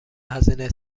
هزینه